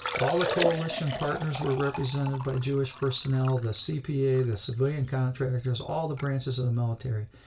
all the coalition partners were represented by jewish personnel, the cpa, the civilian contractors, all the branches of the military.